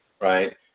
right